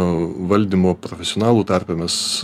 valdymo profesionalų tarpe mes